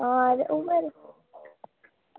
आं ते इंया गै